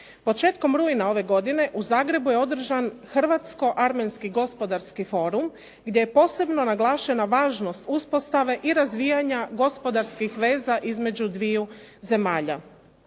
Početkom rujna ove godine u Zagrebu je održan hrvatsko-armenski gospodarski forum gdje je posebno naglašena važnost uspostave i razvijanja gospodarskih veza između dviju zemalja.